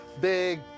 big